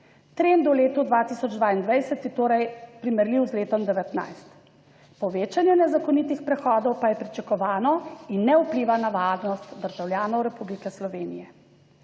Trend v letu 2022 je torej primerljiv z letom 2019, povečanje nezakonitih prehodov pa je pričakovano in ne vpliva na varnost državljanov Republike Slovenije.